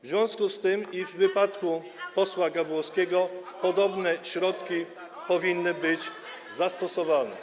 w związku z tym i w wypadku posła Gawłowskiego podobne środki powinny być zastosowane.